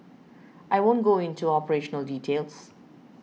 I won't go into operational details